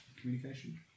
communication